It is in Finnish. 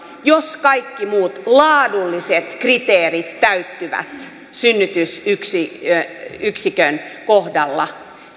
jos kaikki muut laadulliset kriteerit täyttyvät synnytysyksikön kohdalla